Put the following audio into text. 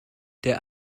der